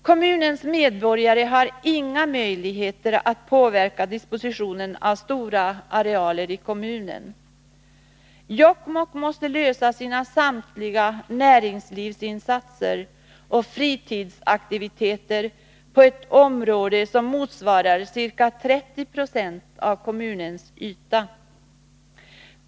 Kommunens medborgare har inga möjligheter att påverka dispositionen av stora arealer i kommunen. Jokkmokk måste lösa samtliga sina näringslivsinsatser och fritidsaktiviteter på ett område som motsvarar ca 30 Jo av kommunens yta.